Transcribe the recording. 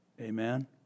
Amen